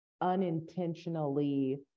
unintentionally